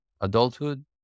adulthood